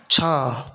ଛଅ